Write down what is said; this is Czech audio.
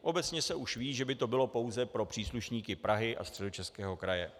Obecně se už ví, že by to bylo pouze pro příslušníky Prahy a Středočeského kraje.